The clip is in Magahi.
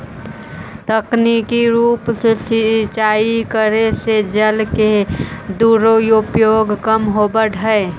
तकनीकी रूप से सिंचाई करे से जल के दुरुपयोग कम होवऽ हइ